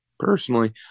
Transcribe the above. Personally